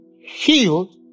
healed